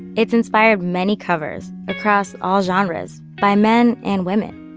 it's inspired many covers across all genres by men and women.